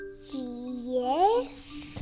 Yes